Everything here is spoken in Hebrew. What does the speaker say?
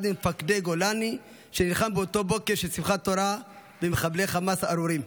אחד ממפקדי גולני שנלחם באותו בוקר של שמחת תורה במחבלי חמאס הארורים.